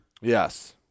Yes